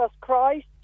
Christ